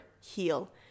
heal